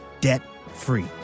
debt-free